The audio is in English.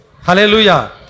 Hallelujah